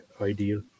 ideal